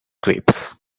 grapes